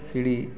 ଶିଡ଼ି